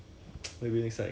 I don't know maybe